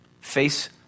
Face